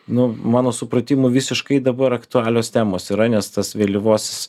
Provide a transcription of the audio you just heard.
nu mano supratimu visiškai dabar aktualios temos yra nes tas vėlyvosios